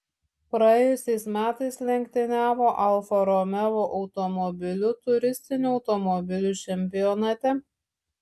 praėjusiais metais lenktyniavo alfa romeo automobiliu turistinių automobilių čempionate